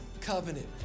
Covenant